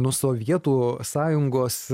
nu sovietų sąjungos